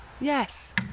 Yes